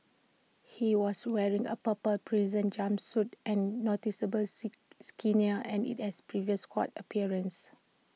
he was wearing A purple prison jumpsuit and noticeably see skinnier and at his previous court appearance